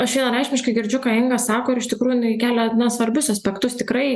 aš vienareikšmiškai girdžiu ką inga sako ir iš tikrųjų jinai kelia na svarbius aspektus tikrai